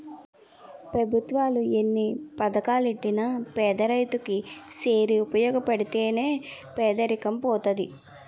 పెభుత్వాలు ఎన్ని పథకాలెట్టినా పేదరైతు కి సేరి ఉపయోగపడితే నే పేదరికం పోతది